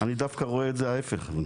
אני דווקא רואה את זה ההיפך.